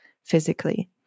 Physically